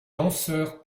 lanceur